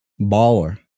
Baller